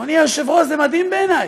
אדוני היושב-ראש, זה מדהים בעיני,